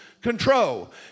control